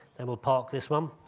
then we'll park this one.